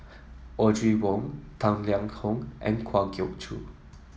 Audrey Wong Tang Liang Hong and Kwa Geok Choo